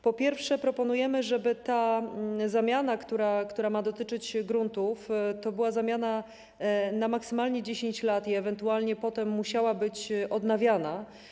Po pierwsze, proponujemy, żeby zamiana, która ma dotyczyć gruntów, to była zamiana na maksymalnie 10 lat i ewentualnie potem musiała być odnawiana.